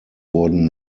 wurden